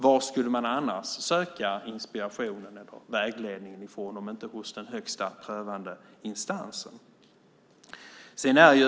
Var skulle man annars söka inspiration eller vägledning, om inte hos den högsta prövande instansen?